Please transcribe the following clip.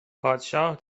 پادشاه